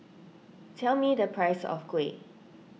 tell me the price of Kuih